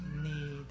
need